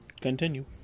Continue